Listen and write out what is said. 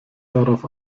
darauf